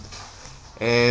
and